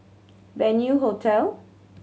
Venue Hotel